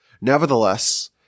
Nevertheless